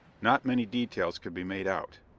not many details could be made out.